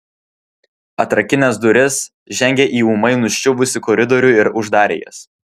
atrakinęs duris žengė į ūmai nuščiuvusį koridorių ir uždarė jas